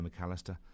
McAllister